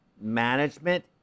management